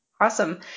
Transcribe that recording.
Awesome